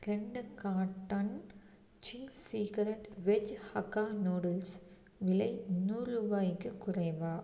ரெண்டு carton Ching's secret veg Hakka noodles விலை நூறு ரூபாய்க்குக் குறைவா